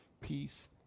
Peace